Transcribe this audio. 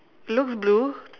looks blue